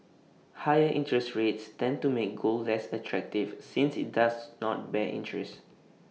higher interest rates tend to make gold less attractive since IT does not bear interest